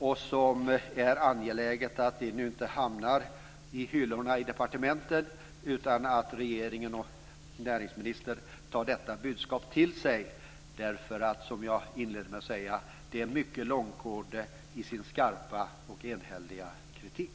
Det är angeläget att detta inte hamnar i hyllorna på departementet utan att regeringen och näringsministern tar till sig budskapet. Betänkandet är mycket långtgående i sin skarpa och enhälliga kritik.